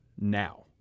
now